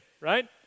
right